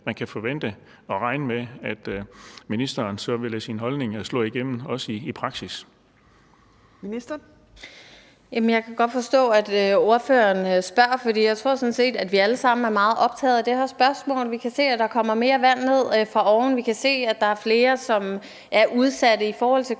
næstformand (Trine Torp): Ministeren. Kl. 14:51 Miljøministeren (Lea Wermelin): Jamen jeg kan godt forstå, at ordføreren spørger, for jeg tror sådan set, at vi alle sammen er meget optaget af det her spørgsmål. Vi kan se, at der kommer mere vand ned fra oven. Vi kan se, at der er flere, som er udsatte i forhold til kysterne,